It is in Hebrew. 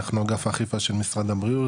אנחנו אגף האכיפה של משרד הבריאות,